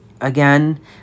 again